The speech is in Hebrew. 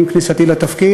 עם כניסתי לתפקיד,